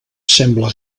sembla